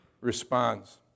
responds